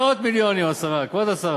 מאות מיליונים, כבוד השרה.